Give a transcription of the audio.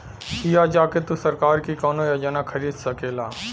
हिया जा के तू सरकार की कउनो योजना खरीद सकेला